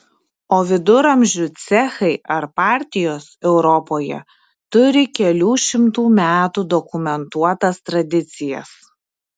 o viduramžių cechai ar partijos europoje turi kelių šimtų metų dokumentuotas tradicijas